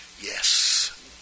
Yes